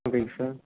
ஓகேங்க சார்